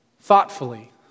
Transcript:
Thoughtfully